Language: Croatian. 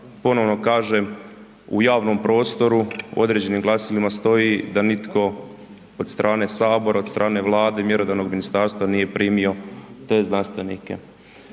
Ponovo kažem u javnom prostoru, u određenim glasilima stoji da nitko od strane sabora, od strane Vlade, mjerodavnog ministarstva nije primio te znanstvenike.